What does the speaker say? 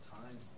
time